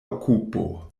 okupo